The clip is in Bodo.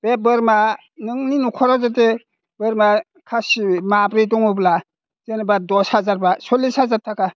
बे बोरमा नोंनि न'खराव जाहाथे बोरमा खासि माब्रै दङब्ला जेनेबा दस हाजार बा सल्लिस हाजार थाखा